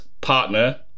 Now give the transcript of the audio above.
partner